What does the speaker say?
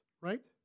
right